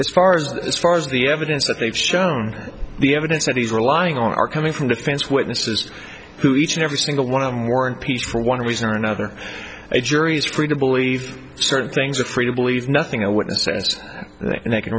as far as as far as the evidence that they've shown the evidence that he's relying on are coming from defense witnesses who each and every single one of them war and peace for one reason or another a jury is free to believe certain things are free to believe nothing of what the sensed and they can